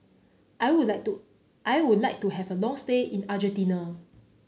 I would like to I would like to have a long stay in Argentina